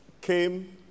came